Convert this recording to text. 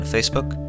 Facebook